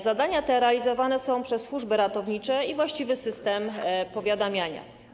Zadania te realizowane są przez służby ratownicze i właściwy system powiadamiania.